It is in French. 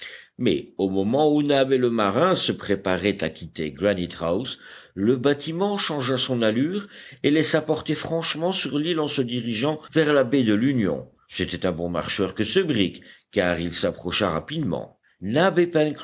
mais au moment où nab et le marin se préparaient à quitter granite house le bâtiment changea son allure et laissa porter franchement sur l'île en se dirigeant vers la baie de l'union c'était un bon marcheur que ce brick car il s'approcha rapidement nab